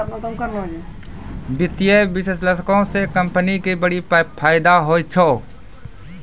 वित्तीय विश्लेषको से कंपनी के बड़ी फायदा होय छै